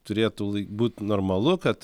turėtų būt normalu kad